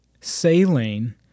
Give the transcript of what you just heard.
saline